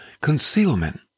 concealment